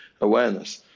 awareness